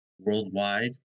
worldwide